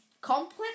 complex